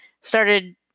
started